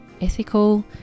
ethical